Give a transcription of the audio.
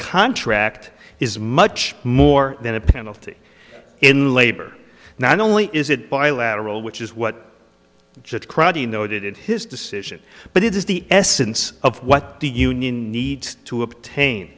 contract is much more than a penalty in labor not only is it bilateral which is what just cruddy noted in his decision but it is the essence of what the union needs to obtain